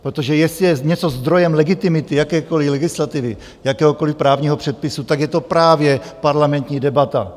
Protože jestli je něco zdrojem legitimity jakékoli legislativy, jakéhokoli právního předpisu, tak je to právě parlamentní debata.